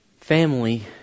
Family